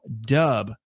dub